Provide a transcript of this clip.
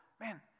man